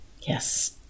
Yes